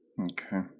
Okay